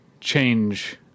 change